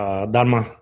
Dharma